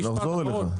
דובי, בסדר, נחזור אליך.